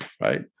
Right